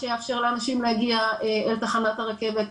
עד שיאפשר לאנשים להגיע אל תחנת הרכבת.